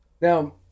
now